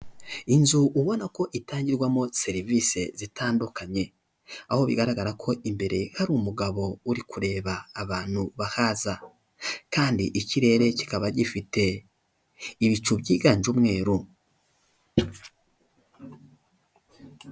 Inzu ubona ko itangirwamo serivisi zitandukanye, aho bigaragara ko imbere hari umugabo uri kureba abantu bahaza, kandi ikirere kikaba gifite ibicu byiganje umweru.